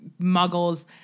muggles